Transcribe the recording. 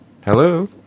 Hello